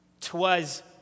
T'was